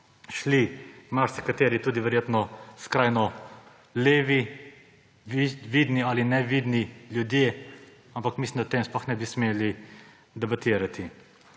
šli marsikateri tudi skrajno levi, vidni ali nevidni ljudje. Ampak mislim, da o tem sploh ne bi smeli debatirati.